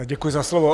Děkuji za slovo.